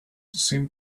seem